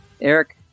Eric